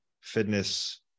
fitness